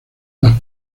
las